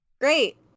great